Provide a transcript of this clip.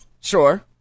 Sure